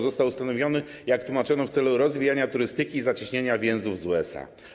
Został ustanowiony, jak tłumaczono, w celu rozwijania turystyki i zacieśniania więzów z USA.